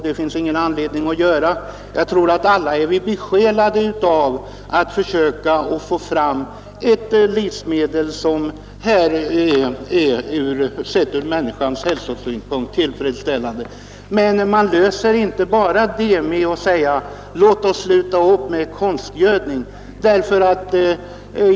Det finns ingen anledning till det, och jag tror att vi alla är besjälade av att försöka få fram livsmedel som sett ur människans hälsosynpunkt är tillfredsställande. Men man löser inte problemet bara genom att säga: Låt oss sluta upp med konstgödningen!